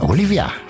Olivia